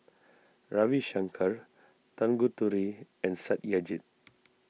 Ravi Shankar Tanguturi and Satyajit